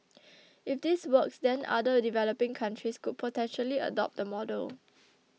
if this works then other developing countries could potentially adopt the model